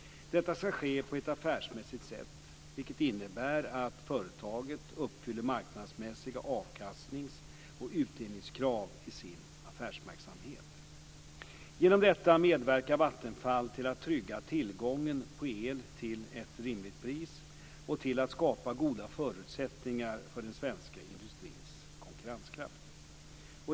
Detta ska ske på ett affärsmässigt sätt, vilket innebär att företaget uppfyller marknadsmässiga avkastnings och utdelningskrav i sin affärsverksamhet. Genom detta medverkar Vattenfall till att trygga tillgången på el till ett rimligt pris och till att skapa goda förutsättningar för den svenska industrins konkurrenskraft.